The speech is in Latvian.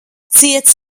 ciets